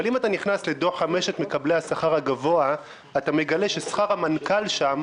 אבל אם אתה נכנס לדוח חמשת מקבלי השכר הגבוה אתה מגלה ששכר המנכ"ל שם,